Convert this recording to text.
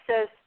says